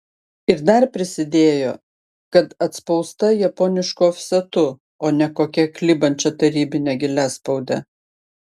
ir dar prisidėjo kad atspausta japonišku ofsetu o ne kokia klibančia tarybine giliaspaude